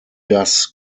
das